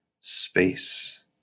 space